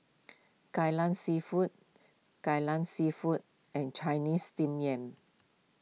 Kai Lan Seafood Kai Lan Seafood and Chinese Steamed Yam